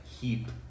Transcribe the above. heap